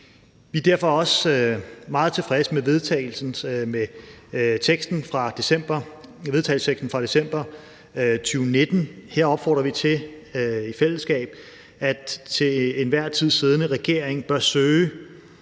Vi er derfor også meget tilfredse med vedtagelsesteksten fra december 2019. Her opfordrer vi i fællesskab til, at den til enhver tid siddende regering bør søge